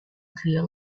clear